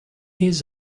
his